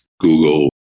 Google